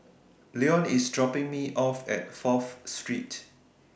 Leon IS dropping Me off At Fourth Street